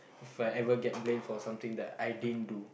If I ever get blame for something that I didn't do